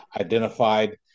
identified